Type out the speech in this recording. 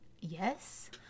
Yes